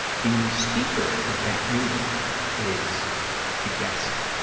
the speaker at that meeting is the guest